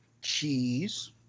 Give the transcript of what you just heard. cheese